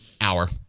Hour